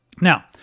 Now